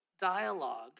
dialogue